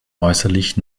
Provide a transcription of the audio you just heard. äußerlich